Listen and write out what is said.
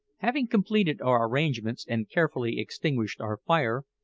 having completed our arrangements and carefully extinguished our fire,